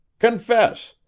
confess!